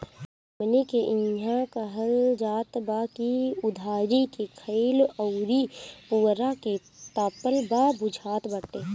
हमनी के इहां कहल जात बा की उधारी के खाईल अउरी पुअरा के तापल ना बुझात बाटे